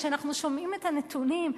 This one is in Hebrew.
כשאנחנו שומעים את הנתונים,